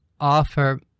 offer